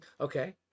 Okay